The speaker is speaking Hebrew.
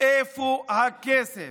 איפה הכסף?